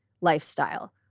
lifestyle